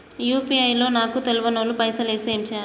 UPI లో నాకు తెల్వనోళ్లు పైసల్ ఎస్తే ఏం చేయాలి?